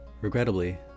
Regrettably